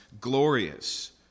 glorious